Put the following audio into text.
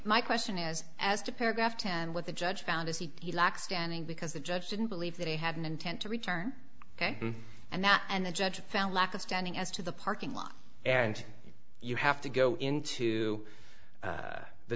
my question is as to paragraph ten what the judge found is he lacks standing because the judge didn't believe that he had an intent to return and that and the judge found lack of standing as to the parking lot and you have to go into